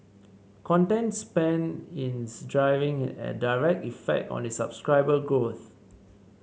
content spend is having a direct effect on its subscriber growth